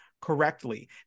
correctly